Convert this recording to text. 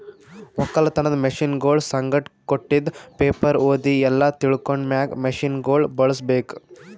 ಒಕ್ಕಲತನದ್ ಮಷೀನಗೊಳ್ ಸಂಗಟ್ ಕೊಟ್ಟಿದ್ ಪೇಪರ್ ಓದಿ ಎಲ್ಲಾ ತಿಳ್ಕೊಂಡ ಮ್ಯಾಗ್ ಮಷೀನಗೊಳ್ ಬಳುಸ್ ಬೇಕು